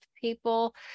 people